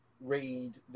read